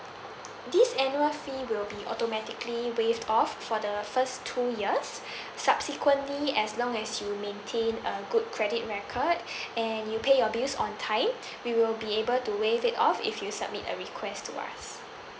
this annual fee will be automatically waived off for the first two years subsequently as long as you maintain a good credit record and you pay your bills on time we will be able to waive it off if you submit a request to us